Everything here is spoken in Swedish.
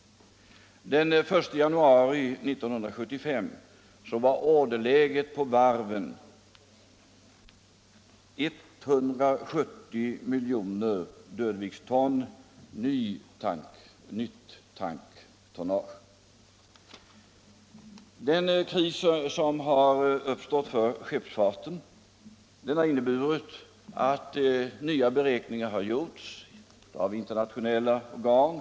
Den 1 januari 1975 var orderläget på varven 170 miljoner dödviktston nytt tanktonnage. Den kris som uppstått för skeppsfarten har medfört att nya beräkningar gjorts av internationella organ.